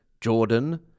Jordan